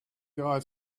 guy